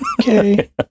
Okay